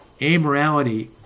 amorality